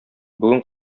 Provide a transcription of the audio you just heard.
бүген